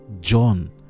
john